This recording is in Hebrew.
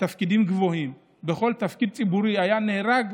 בתפקידים גבוהים או בכל תפקיד ציבורי היה נהרג,